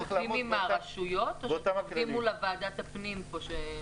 אתם עובדים עם הרשויות או שאתם עובדים מול ועדת הפנים פה?